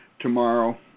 tomorrow